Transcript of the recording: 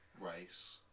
race